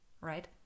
right